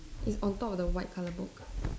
it's on top of the white colour book